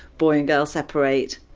boy and girl separate,